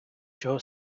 чого